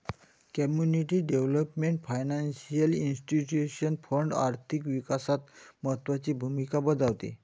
community development financial institution fund आर्थिक विकासात महत्त्वाची भूमिका बजावते